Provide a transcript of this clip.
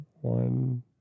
one